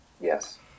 Yes